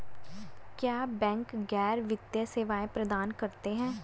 क्या बैंक गैर वित्तीय सेवाएं प्रदान करते हैं?